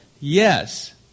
yes